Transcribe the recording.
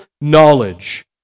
knowledge